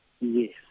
Yes